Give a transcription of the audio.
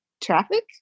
traffic